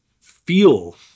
feel